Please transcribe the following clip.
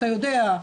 אתה יודע,